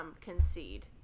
concede